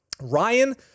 Ryan